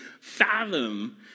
fathom